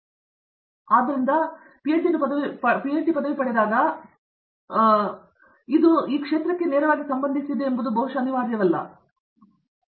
ದೀಪಾ ವೆಂಕಟೇಶ್ ಆದ್ದರಿಂದ ಆ ಅರ್ಥದಲ್ಲಿ ಅವರು ಪಿಎಚ್ಡಿ ಪದವಿಯನ್ನು ಪಡೆದಾಗ ಇದು ಪ್ರಾಧ್ಯಾಪಕ ಪ್ರತಾಪ್ ಹರಿಡೋಸ್ಗೆ ನೇರವಾಗಿ ಸಂಬಂಧಿಸಿದೆ ಎಂದು ಬಹುಶಃ ಅನಿವಾರ್ಯವಲ್ಲ ಅವರ ವಿಶೇಷತೆಯ ಪ್ರದೇಶವೇನು